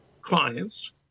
clients